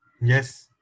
Yes